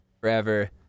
forever